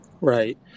right